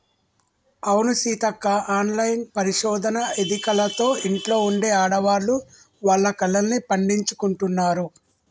అవును సీతక్క ఆన్లైన్ పరిశోధన ఎదికలతో ఇంట్లో ఉండే ఆడవాళ్లు వాళ్ల కలల్ని పండించుకుంటున్నారు